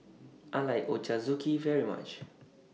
I like Ochazuke very much